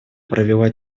провела